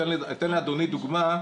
אתן לאדוני דוגמה,